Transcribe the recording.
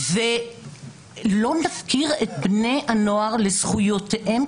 ולא נפקיר את בני הנוער לזכויותיהם,